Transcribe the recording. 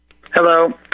Hello